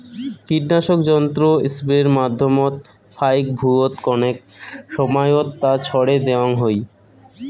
কীটনাশক যন্ত্র স্প্রের মাধ্যমত ফাইক ভুঁইয়ত কণেক সমাইয়ত তা ছড়ে দ্যাওয়াং হই